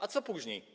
A co później?